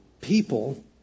people